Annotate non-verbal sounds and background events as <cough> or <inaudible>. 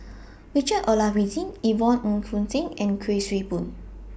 <noise> Richard Olaf Winstedt Yvonne Ng Uhde and Kuik Swee Boon